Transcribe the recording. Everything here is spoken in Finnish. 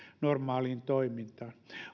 normaaliin toimintaan